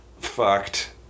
fucked